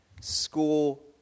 School